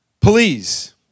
Please